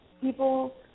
people